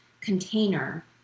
container